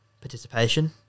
participation